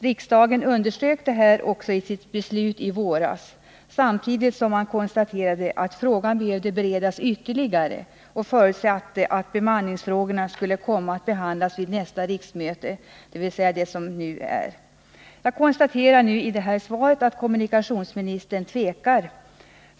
Riksdagen underströk också detta i sitt beslut i våras samtidigt som man konstaterade att frågan behövde beredas ytterligare och förutsatte att bemanningsfrågorna skulle komma att behandlas vid nästa riksmöte, dvs. det som nu pågår. Jag konstaterar av svaret att kommunikationsministern tvekar.